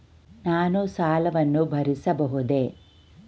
ನಾನು ಸಾಲವನ್ನು ಭರಿಸಬಹುದೇ?